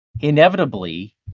Inevitably